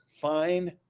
fine